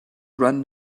run